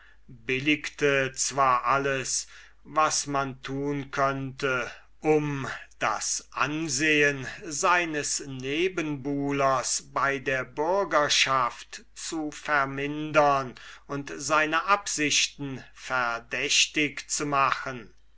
billigte zwar alles was man tun könnte um das ansehen seines nebenbuhlers bei der bürgerschaft zu vermindern und seine absichten verdächtig zu machen